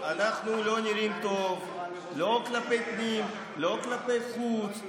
אנחנו לא נראים טוב, לא כלפי פנים, לא כלפי חוץ.